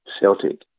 Celtic